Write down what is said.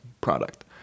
product